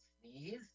sneeze